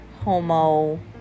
homo